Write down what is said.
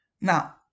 Now